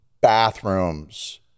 bathrooms